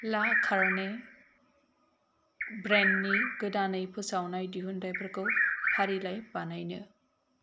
ला कारने ब्रेन्डनि गोदानै फोसावनाय दिहुन्थाइफोरखौ फारिलाइ बानायनो